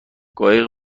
قایق